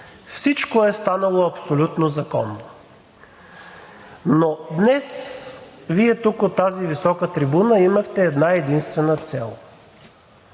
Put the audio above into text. Всичко станало е абсолютно законно. Но днес Вие тук – от тази висока трибуна, имахте една-единствена цел